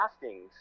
castings